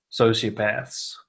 sociopaths